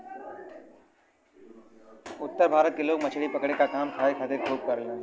उत्तर भारत के लोग मछली पकड़े क काम खाए खातिर खूब करलन